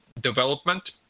development